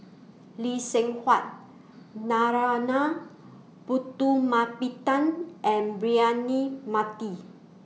Lee Seng Huat Narana Putumaippittan and Braema Mathi